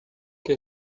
que